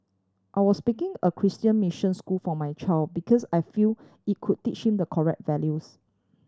I was picking a Christian mission school for my child because I feel it could teach him the correct values